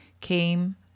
came